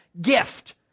gift